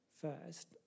first